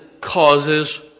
causes